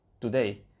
today